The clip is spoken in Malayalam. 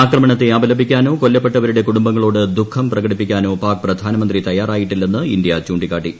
ആക്രമണത്തെ അപലപിക്കാനോ കൊല്ലപ്പെട്ടവരുടെ കുടുംബങ്ങളോട് ദുഖം പ്രകടിപ്പിക്കാനോ പാക് പ്രധാനമന്ത്രി തയ്യാറായിട്ടില്ലെന്ന് ഇന്ത്യ ചൂണ്ടിക്കാട്ടി